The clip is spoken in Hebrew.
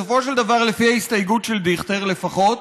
בסופו של דבר, לפי ההסתייגות של דיכטר, לפחות,